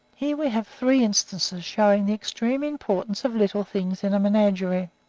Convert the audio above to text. here we have three instances showing the extreme importance of little things in a menagerie.